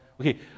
okay